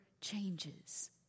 changes